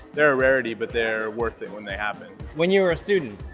they're a rarity, but they're worth it when they happen. when you were a student,